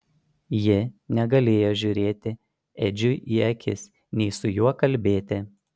ji negalėjo žiūrėti edžiui į akis nei su juo kalbėti